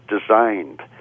designed